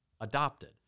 adopted